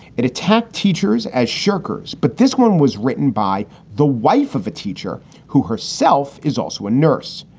it attacked teachers as shirkers. but this one was written by the wife of a teacher who herself is also a nurse.